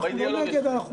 אנחנו לא נגד, אנחנו בעד.